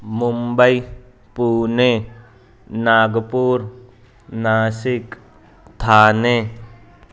Mumbai Pune Nagpur Nashik Thane